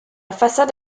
façade